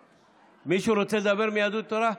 מישהו רוצה לדבר מיהדות התורה?